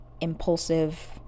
impulsive